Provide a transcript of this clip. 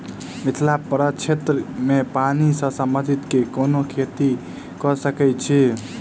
मिथिला प्रक्षेत्र मे पानि सऽ संबंधित केँ कुन खेती कऽ सकै छी?